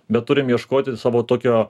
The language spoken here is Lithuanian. bet turim ieškoti savo tokio